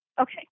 Okay